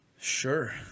Sure